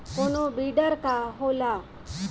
कोनो बिडर का होला?